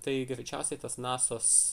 tai greičiausiai tas nasos